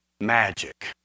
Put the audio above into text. magic